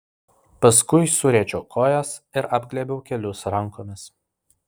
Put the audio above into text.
paskui suriečiau kojas ir apglėbiau kelius rankomis